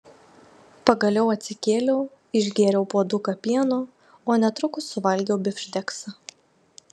pagaliau atsikėliau išgėriau puoduką pieno o netrukus suvalgiau bifšteksą